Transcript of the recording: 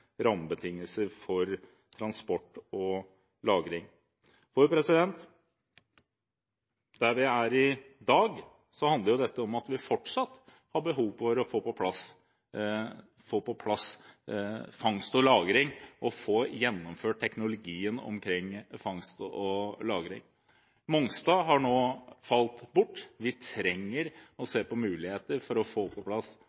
rammebetingelser for transport og lagring. Der vi er i dag, handler dette om at vi fortsatt har behov for å få på plass fangst og lagring og få gjennomført teknologien omkring fangst og lagring. Mongstad har nå falt bort. Vi trenger å se på muligheter for å få på plass